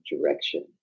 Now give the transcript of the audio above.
direction